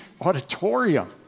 auditorium